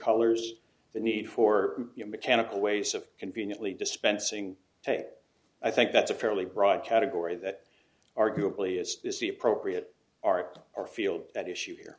colors the need for mechanical ways of conveniently dispensing i think that's a fairly broad category that arguably is the appropriate art or field at issue here